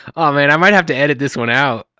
oh man, i might have to edit this one out. ah,